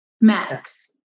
max